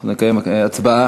אנחנו נקיים הצבעה.